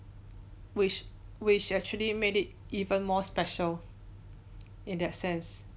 which which actually made it even more special in that sense